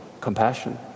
compassion